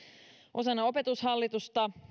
osana opetushallitusta